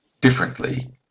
differently